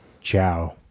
Ciao